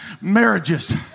marriages